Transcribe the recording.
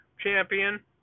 champion